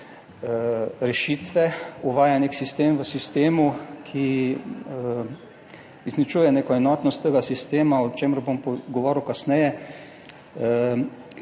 rešitve, uvaja nek sistem v sistemu, ki izničuje neko enotnost tega sistema, o čemer bom govoril kasneje,